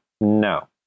no